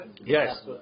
yes